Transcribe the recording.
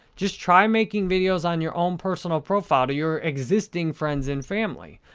just try making videos on your own personal profile to your existing friends and family.